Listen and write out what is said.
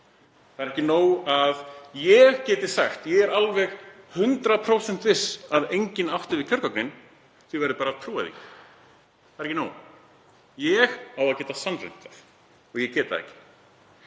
Það er ekki nóg að ég geti sagt: Ég er alveg 100% viss um að enginn átti við kjörgögnin, þið verðið bara að trúa því. Það er ekki nóg. Ég á að geta sannreynt það og ég get það ekki.